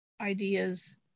ideas